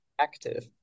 active